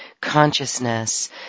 consciousness